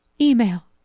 email